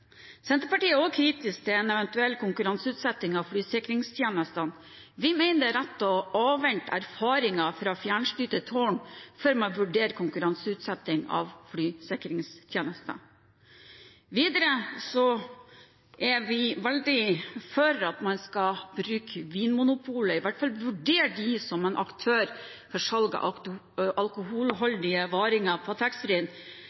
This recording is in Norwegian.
Senterpartiet er kritisk til en eventuell konkurranseutsetting av flysikringstjenestene. Vi mener det er rett å avvente erfaringer fra fjernstyrte tårn før man vurderer konkurranseutsetting av flysikringstjenestene. Videre er vi veldig for at man skal bruke Vinmonopolet, i hvert fall vurdere dem som aktør, for salget av